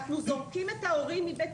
כלומר התכנית גם מפקחת על תהליכי